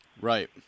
right